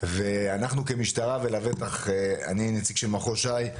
ואנחנו כמשטרה ולבטח אני נציג של מחוז ש"י,